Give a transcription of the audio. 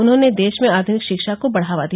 उन्होंने देश में आधुनिक शिक्षा को बढावा दिया